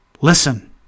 Listen